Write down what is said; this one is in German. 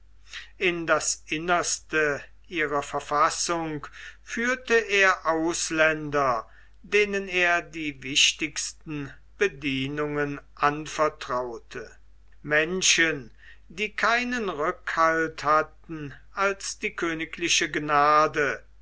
in das innerste ihrer verfassung führte er ausländer denen er die wichtigsten bedienungen anvertraute menschen die keinen rückhalt hatten als die königliche gnade